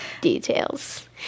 Details